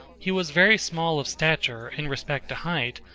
he was very small of stature in respect to height,